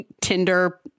Tinder